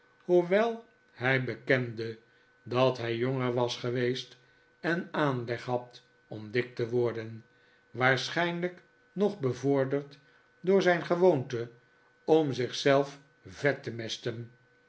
hoewel hij bekende dat hij jonger was geweest en aanleg had om dik te worden waarschijnlijk nog bevorderd door zijn gewoonte om zich zelf vet te mesten